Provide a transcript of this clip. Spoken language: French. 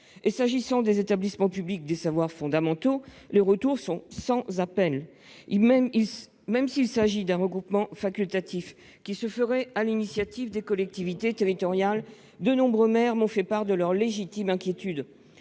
Or, au sujet des établissements publics des savoirs fondamentaux, leur réponse est sans appel. Certes, il s'agirait de regroupements facultatifs, menés sur l'initiative des collectivités territoriales, mais de nombreux maires m'ont fait part de leur légitime inquiétude.